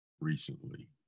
recently